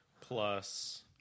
plus